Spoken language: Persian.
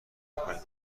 نکنیم